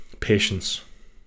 patience